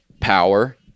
power